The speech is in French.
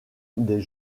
des